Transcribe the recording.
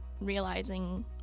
realizing